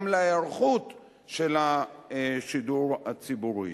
אלא גם להיערכות של השידור הציבורי.